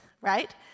right